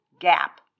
Gap